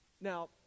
Now